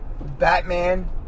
Batman